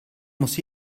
muss